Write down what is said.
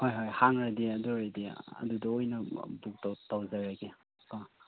ꯍꯣꯏ ꯍꯣꯏ ꯍꯥꯡꯂꯗꯤ ꯑꯗꯨ ꯑꯣꯏꯔꯗꯤ ꯑꯗꯨꯗ ꯑꯣꯏꯅ ꯕꯨꯛ ꯇꯧꯖꯔꯒꯦ ꯑꯧ